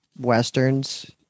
Westerns